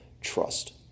trust